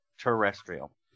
terrestrial